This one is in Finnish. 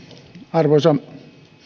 arvoisa